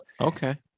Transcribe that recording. Okay